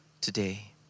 today